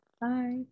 Bye